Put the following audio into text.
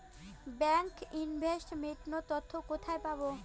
Bank investment তথ্য কোথায় পাব?